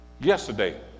yesterday